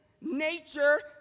nature